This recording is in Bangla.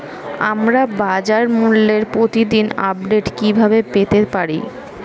আমরা বাজারমূল্যের প্রতিদিন আপডেট কিভাবে পেতে পারি?